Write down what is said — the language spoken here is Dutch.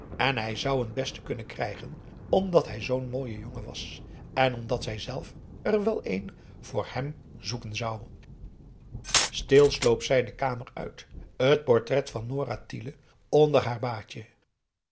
en hij zou een beste kunnen krijgen omdat hij zoo'n mooie jongen was en omdat zijzelf er wel een voor hem zoeken zou stil sloop zij de kamer uit het portret van nora tiele onder haar baadje